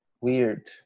weird